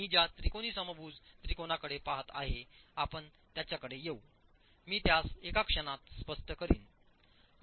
मी ज्या त्रिकोणी समभुज त्रिकोणाकडे पाहतआहे आपण त्याच्याकडे येऊमी त्यास एका क्षणात स्पष्ट करीन